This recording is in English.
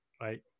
right